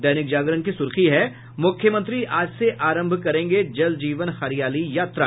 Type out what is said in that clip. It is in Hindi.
दैनिक जागरण की सुर्खी है मुख्यमंत्री आज से आरंभ करेंगे जल जीवन हरियाली यात्रा